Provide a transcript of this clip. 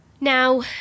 Now